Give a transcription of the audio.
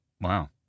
Wow